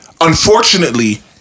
unfortunately